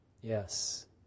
Yes